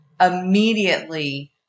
immediately